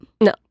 No